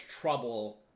trouble